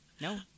no